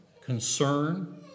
concern